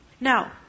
Now